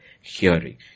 hearing